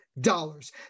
dollars